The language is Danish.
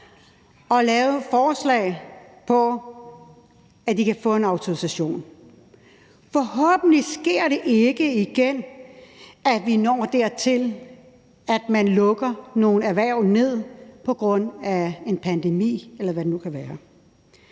og lave et forslag om, at de kan få en autorisation. Det sker forhåbentlig ikke igen, at vi når dertil, at man lukker nogle erhverv ned på grund af en pandemi eller på grund af noget